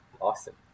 Awesome